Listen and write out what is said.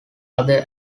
other